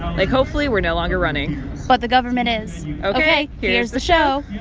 like, hopefully, we're no longer running but the government is ok. here's the show